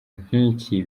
nk’iki